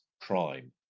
crime